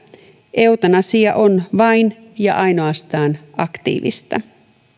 eutanasia on vain ja ainoastaan aktiivista